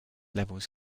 levels